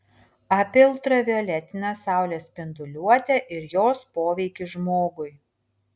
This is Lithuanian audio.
apie ultravioletinę saulės spinduliuotę ir jos poveikį žmogui